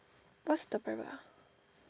what's the private ah